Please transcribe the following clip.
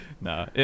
No